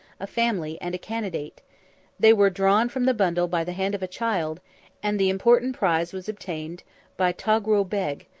a family, and a candidate they were drawn from the bundle by the hand of a child and the important prize was obtained by togrul beg,